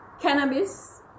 Cannabis